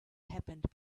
happened